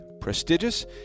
prestigious